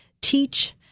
teach